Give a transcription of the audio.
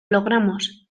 logramos